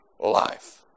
life